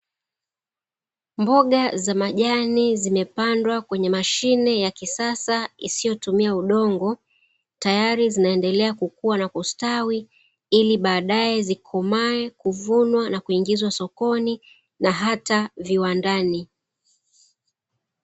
Mboga za majani zimepandwa kwenye mashine ya kisasa isiyotumia udongo, tayari zinaendelea kukua na kustawi ili baadae zikomae, kuvunwa na kuingizwa sokoni na hata viwandani.